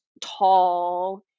tall